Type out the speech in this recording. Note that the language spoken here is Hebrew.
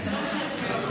קדימה.